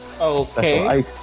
Okay